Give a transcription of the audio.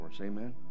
amen